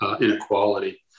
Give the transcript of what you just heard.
inequality